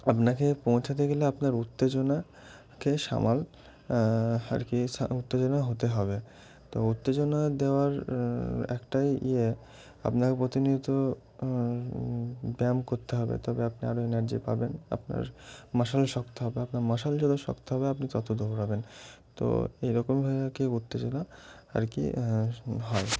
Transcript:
আপনাকে পৌঁছাতে গেলে আপনার উত্তেজনাকে সামাল আর কি উত্তেজনা হতে হবে তো উত্তেজনা দেওয়ার একটাই ইয়ে আপনাকে প্রতিনিয়ত ব্যায়াম করতে হবে তবে আপনি আরও এনার্জি পাবেন আপনার মাসেল শক্ত হবে আপনার মাসেল যত শক্ত হবে আপনি তত দৌড়াবেন তো এইরকমভাবে কি উত্তেজনা আর কি হয়